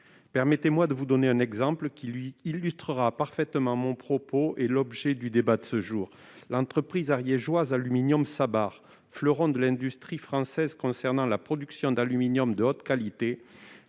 permettez-moi de vous donner un exemple qui illustrera parfaitement mon propos et l'objet du débat de ce jour. L'entreprise ariégeoise Aluminium Sabart, fleuron de l'industrie française pour la production d'aluminium de haute qualité,